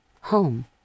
home